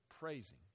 praising